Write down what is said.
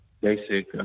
basic